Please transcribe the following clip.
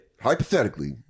hypothetically